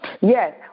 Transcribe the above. Yes